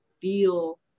feel